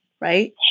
Right